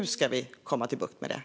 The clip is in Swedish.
Hur ska vi få bukt med detta?